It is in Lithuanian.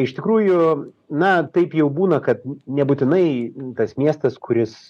iš tikrųjų na taip jau būna kad nebūtinai tas miestas kuris